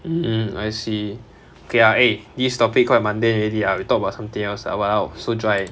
mm I see okay ah eh this topic quite mundane already ah we talk about something else ah !walao! so dry